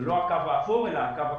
זה לא הקו האפור אלא הקו הכחול.